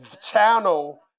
channel